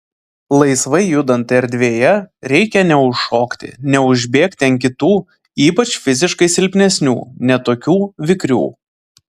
laisvai judant erdvėje reikia neužšokti neužbėgti ant kitų ypač fiziškai silpnesnių ne tokių vikrių